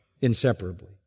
inseparably